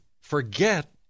forget